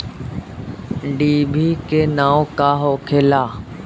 डिभी के नाव का होखेला?